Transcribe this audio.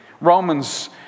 Romans